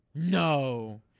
No